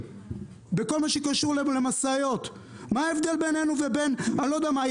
מה ההבדל בינינו לבין הפיליפינים בכל מה שקשור למשאיות?